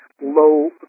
low